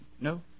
No